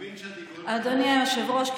אדוני היושב-ראש,